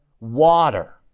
Water